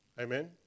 Amen